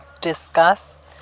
discuss